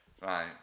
Right